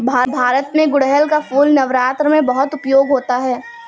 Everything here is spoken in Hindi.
भारत में गुड़हल का फूल नवरात्र में बहुत उपयोग होता है